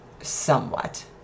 somewhat